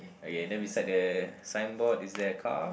okay then beside that signboard is there a car